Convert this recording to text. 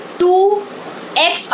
2x